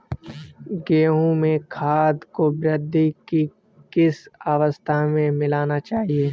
गेहूँ में खाद को वृद्धि की किस अवस्था में मिलाना चाहिए?